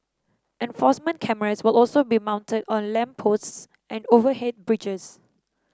enforcement cameras will also be mounted on lamp posts and overhead bridges